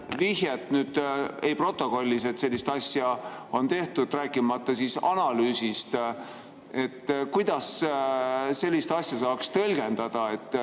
vihjet protokollis, et sellist asja on tehtud, rääkimata analüüsist. Kuidas sellist asja saaks tõlgendada?